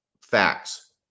facts